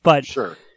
Sure